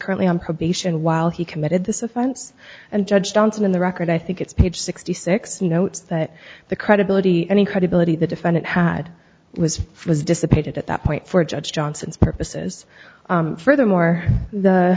currently on probation while he committed this offense and judge johnson in the record i think it's page sixty six he notes that the credibility any credibility the defendant had was was dissipated at that point for judge johnson's purposes furthermore the